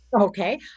okay